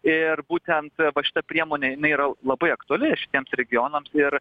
ir būtent va šita priemonė nėra labai aktuali šitiems regionams ir